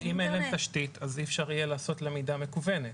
אם אין להם תשתית אז אי אפשר לעשות למידה מקוונת,